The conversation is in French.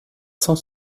cent